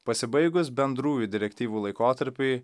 pasibaigus bendrųjų direktyvų laikotarpiui